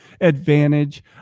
advantage